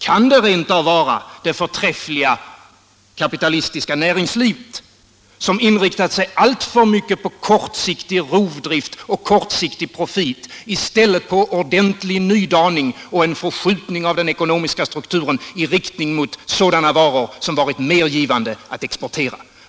Kan det rent av vara det förträffliga kapitalistiska näringslivet som inriktat sig alltför mycket på kortsiktig rovdrift och kortsiktig profit i stället för på ordentlig nydaning och en förskjutning av den ekonomiska strukturen i riktning mot sådana varor som det varit mer givande att exportera?